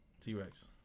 T-Rex